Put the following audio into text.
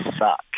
suck